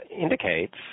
indicates